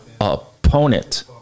opponent